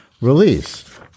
release